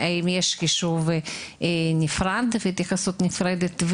האם יש חישוב נפרד, האם יש התייחסות נפרדת?